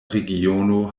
regiono